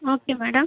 okay madam